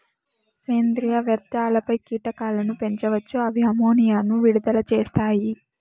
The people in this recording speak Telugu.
సేంద్రీయ వ్యర్థాలపై కీటకాలను పెంచవచ్చు, ఇవి అమ్మోనియాను విడుదల చేస్తాయి